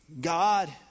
God